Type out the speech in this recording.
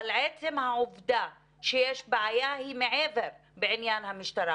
אבל עצם העובדה שיש בעיה, היא מעבר בעניין המשטרה.